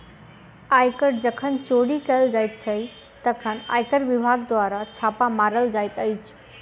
आयकर जखन चोरी कयल जाइत छै, तखन आयकर विभाग द्वारा छापा मारल जाइत अछि